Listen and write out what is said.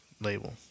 label